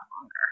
longer